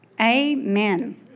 Amen